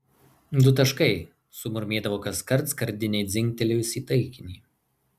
du taškai sumurmėdavo kaskart skardinei dzingtelėjus į taikinį